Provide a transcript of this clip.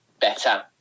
better